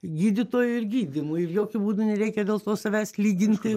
gydytojui ir gydymui ir jokiu būdu nereikia dėl to savęs lyginti